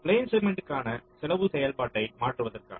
பிளேஸ்மெண்ட்கான செலவுச் செயல்பாட்டை மாற்றுவதற்காக